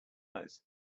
eyes